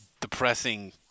depressing